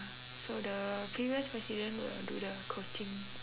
so the previous president will do the coaching